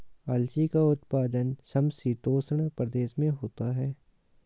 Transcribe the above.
अलसी का उत्पादन समशीतोष्ण प्रदेश में होता है